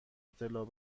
اطلاع